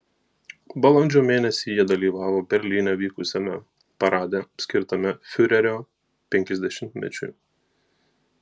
balandžio mėnesį jie dalyvavo berlyne vykusiame parade skirtame fiurerio penkiasdešimtmečiui